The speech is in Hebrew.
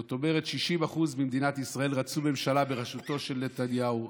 זאת אומרת 60% ממדינת ישראל רצו ממשלה בראשותו של נתניהו,